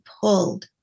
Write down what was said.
pulled